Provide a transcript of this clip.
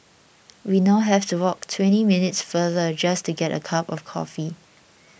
we now have to walk twenty minutes farther just to get a cup of coffee